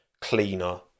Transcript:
cleaner